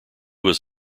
was